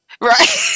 Right